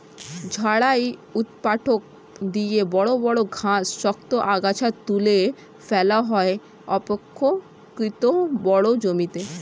ঝাড়াই ঊৎপাটক দিয়ে বড় বড় ঘাস, শক্ত আগাছা তুলে ফেলা হয় অপেক্ষকৃত বড় জমিতে